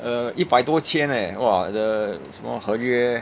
uh 一百多千 eh !wah! the 什么合约